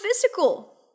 physical